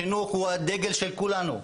החינוך הוא הדגל של כולנו,